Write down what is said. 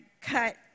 cut